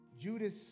Judas